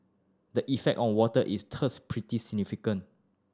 the effect on water is thus pretty significant